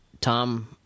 Tom